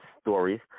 stories